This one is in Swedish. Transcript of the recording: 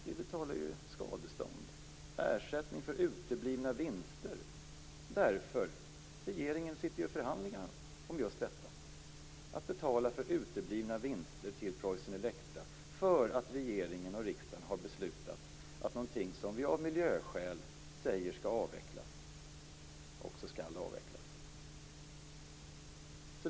Vi betalar skadestånd, ersättning för uteblivna vinster. Regeringen sitter i förhandlingar om detta. Vi betalar för uteblivna vinster till Preussen Elektra därför att regeringen och riksdagen har beslutat att någonting som vi av miljöskäl säger skall avvecklas också skall avvecklas.